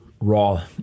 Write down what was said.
raw